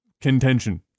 contention